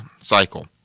cycle